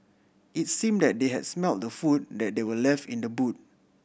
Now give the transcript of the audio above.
it's seem that they had smelt the food that they were left in the boot